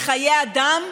לחיי האדם,